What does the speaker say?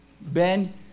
Ben